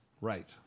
right